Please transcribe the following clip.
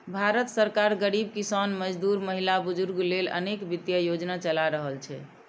भारत सरकार गरीब, किसान, मजदूर, महिला, बुजुर्ग लेल अनेक वित्तीय योजना चला रहल छै